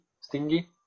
stingy